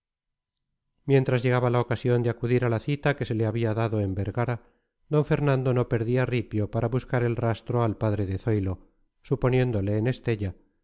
mientras llegaba la ocasión de acudir a la cita que se le había dado en vergara don fernando no perdía ripio para buscar el rastro al padre de zoilo suponiéndole en estella